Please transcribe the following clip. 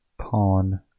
pawn